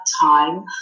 time